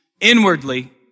inwardly